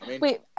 Wait